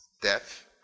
death